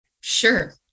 Sure